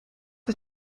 het